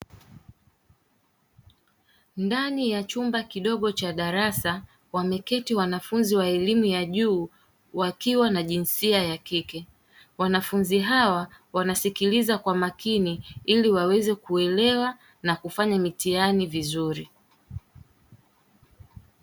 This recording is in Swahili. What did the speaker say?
Ndani ya chumba kidogo cha darasa wameketi wanafunzi wa elimu ya juu wakiwa na jinsia ya kike, wanafunzi hawa wanasikiliza kwa makini ili waweze kuelewa na kufanya mitihani vizuri.